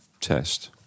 test